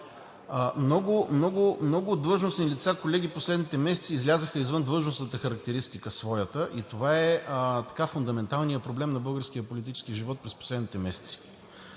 много длъжностни лица през последните месеца излязоха извън своята длъжностна характеристика и това е фундаменталният проблем на българския политически живот през последните месеци.